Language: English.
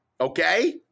okay